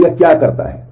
तो यह क्या करता है